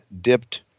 dipped